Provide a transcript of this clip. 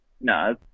No